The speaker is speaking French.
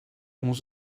onze